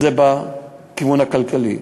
זה בכיוון הכלכלי.